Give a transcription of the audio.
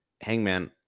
Hangman